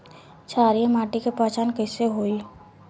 क्षारीय माटी के पहचान कैसे होई?